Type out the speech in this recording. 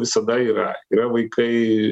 visada yra yra vaikai